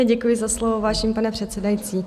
Děkuji za slovo, vážený pane předsedající.